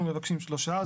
אנחנו מבקשים שלושה.